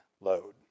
load